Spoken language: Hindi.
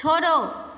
छोड़ो